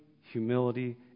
humility